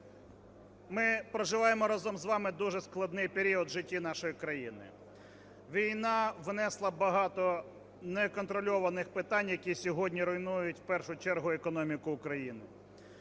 Ми проживаємо разом з вами дуже складний період в житті нашої країни. Війна внесла багато неконтрольованих питань, які сьогодні руйнують в першу чергу економіку України.